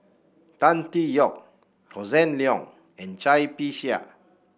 Tan Tee Yoke Hossan Leong and Cai Bixia